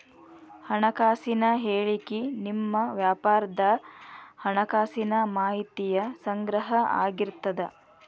ಹಣಕಾಸಿನ ಹೇಳಿಕಿ ನಿಮ್ಮ ವ್ಯಾಪಾರದ್ ಹಣಕಾಸಿನ ಮಾಹಿತಿಯ ಸಂಗ್ರಹ ಆಗಿರ್ತದ